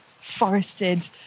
forested